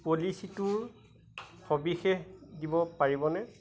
পলিচীটোৰ সবিশেষ দিব পাৰিবনে